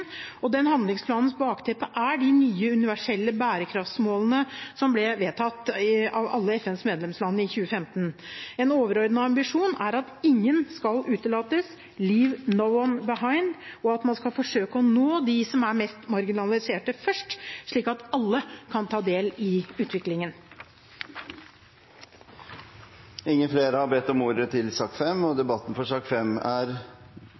og handlingsplanens bakteppe er de nye universelle bærekraftmålene som ble vedtatt av alle FNs medlemsland i 2015. En overordnet ambisjon er at ingen skal utelates – «leave no one behind» – og at man skal forsøke å nå dem som er mest marginalisert, først, slik at alle kan ta del i utviklingen. Flere har ikke bedt om ordet til sak